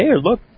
look